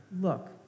Look